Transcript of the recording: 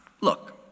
look